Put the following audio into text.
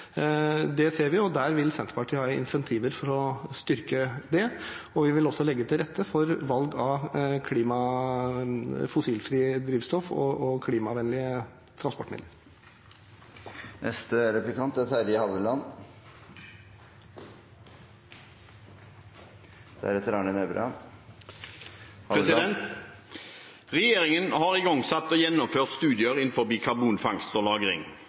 Det ser vi, og Senterpartiet vil ha incentiver for å styrke det. Vi vil også legge til rette for valg av fossilfritt drivstoff og klimavennlige transportmidler. Regjeringen har igangsatt og gjennomført studier innenfor karbonfangst- og lagring. Regjeringen